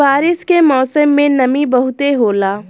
बारिश के मौसम में नमी बहुते होला